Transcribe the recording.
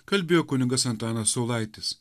kalbėjo kunigas antanas saulaitis